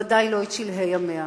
ודאי לא את שלהי המאה.